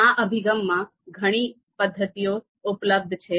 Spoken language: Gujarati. આ અભિગમમાં ઘણી પદ્ધતિઓ ઉપલબ્ધ છે